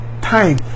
time